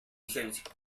vigencia